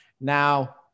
Now